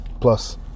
Plus